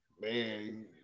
Man